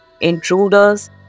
intruders